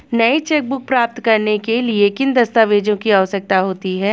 नई चेकबुक प्राप्त करने के लिए किन दस्तावेज़ों की आवश्यकता होती है?